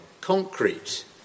concrete